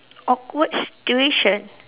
awkward situation